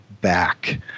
back